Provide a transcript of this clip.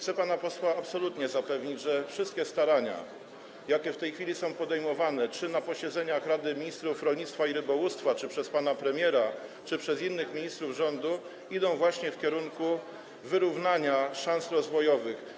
Chcę pana posła absolutnie zapewnić, że wszystkie starania, jakie w tej chwili są podejmowane, czy to na posiedzeniach rady ministrów rolnictwa i rybołówstwa, czy przez pana premiera, czy przez innych ministrów z rządu, idą właśnie w kierunku wyrównywania szans rozwojowych.